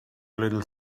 little